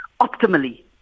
optimally